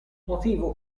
motivo